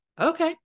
Okay